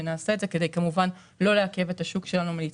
שלמה,